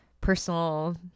personal